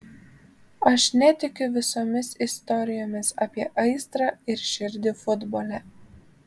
aš netikiu visomis istorijomis apie aistrą ir širdį futbole